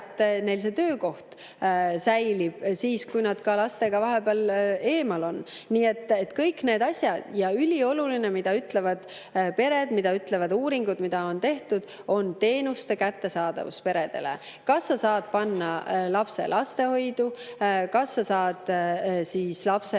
et neil töökoht säilib ka siis, kui nad lastega vahepeal eemal on. Nii et kõik need asjad. Ja ülioluline, mida ütlevad pered, mida ütlevad uuringud, mida on tehtud, on teenuste kättesaadavus peredele: kas saab panna lapse lastehoidu, kas saab lapsele